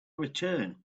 return